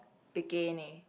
bikini